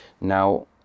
now